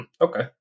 Okay